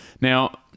Now